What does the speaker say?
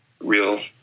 real